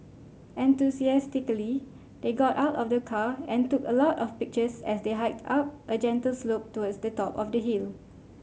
enthusiastically they got out of the car and took a lot of pictures as they hiked up a gentle slope towards the top of the hill